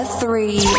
three